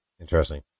Interesting